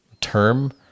term